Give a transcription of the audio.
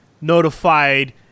notified